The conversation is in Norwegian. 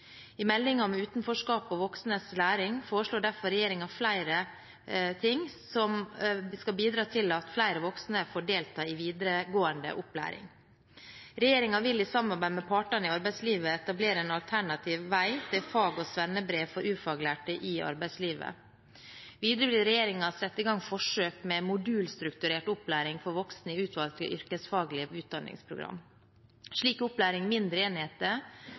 I meldingen om utenforskap og voksnes læring foreslår regjeringen derfor flere ting som skal bidra til at flere voksne får delta i videregående opplæring. Regjeringen vil i samarbeid med partene i arbeidslivet etablere en alternativ vei til fag- og svennebrev for ufaglærte i arbeidslivet. Videre vil regjeringen sette i gang forsøk med modulstrukturert opplæring for voksne i utvalgte yrkesfaglige utdanningsprogram. Slik opplæring i mindre enheter